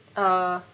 uh